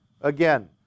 again